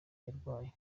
yarwanye